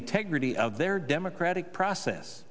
integrity of their democratic process